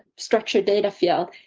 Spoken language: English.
structured data field,